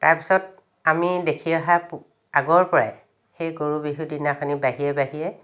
তাৰপিছত আমি দেখি অহা আগৰ পৰাই সেই গৰু বিহু দিনাখনি বাহিৰে বাহিৰে